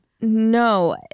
No